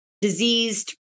diseased